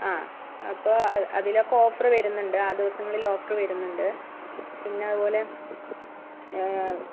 ആ അപ്പോൾ അതി അതിലൊക്ക ഓഫർ വരുന്നുണ്ട് ആ ദിവസങ്ങളിൽ ഓഫർ വരുന്നുണ്ട് പിന്നെ അതുപോലെ